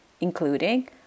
including